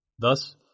Thus